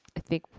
i think,